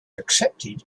accepted